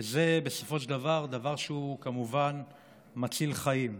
שזה בסופו של דבר דבר שמציל חיים.